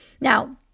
Now